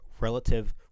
relative